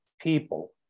people